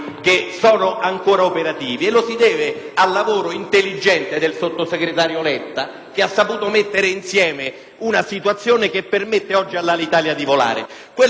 che ha saputo mettere insieme una situazione che permette oggi all'Alitalia di volare. Quello che fa Pedica è altro: è l'istigazione allo sciopero